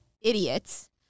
idiots